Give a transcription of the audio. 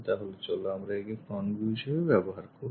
তাহলে চলো আমরা একে front view হিসেবে ব্যবহার করি